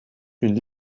une